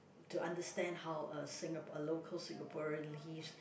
to understand how uh Singapore a local Singaporean lives